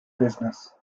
business